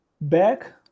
back